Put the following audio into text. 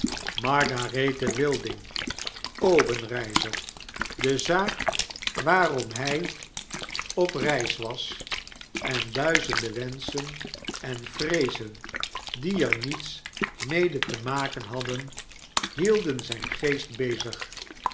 margarethe wilding obenreizer de zaak waarom hg op reis was en duizenden wenschen en vreezen die er niets mede te maken hadden hielden zijn geest bezig